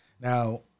Now